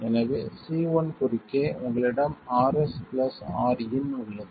எனவே C1 குறுக்கே உங்களிடம் Rs பிளஸ் Rin உள்ளது